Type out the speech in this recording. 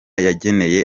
yageneye